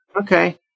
Okay